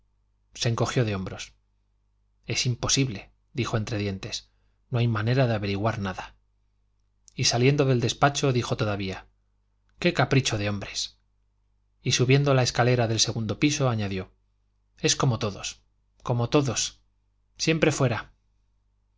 se encogió de hombros es imposible dijo entre dientes no hay manera de averiguar nada y saliendo del despacho dijo todavía qué capricho de hombres y subiendo la escalera del segundo piso añadió es como todos como todos siempre fuera